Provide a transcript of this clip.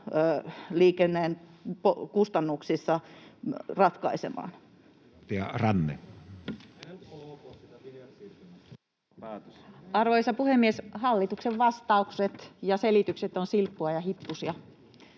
polttoainehinnoista Time: 15:36 Content: Arvoisa puhemies! Hallituksen vastaukset ja selitykset ovat silppua ja hippusia.